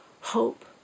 hope